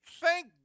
thank